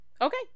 Okay